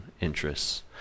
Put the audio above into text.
interests